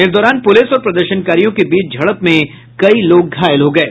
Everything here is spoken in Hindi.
इस दौरान पुलिस और प्रदर्शनकारियों के बीच झड़प में कई लोग घायल हो गये